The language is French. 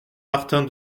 martin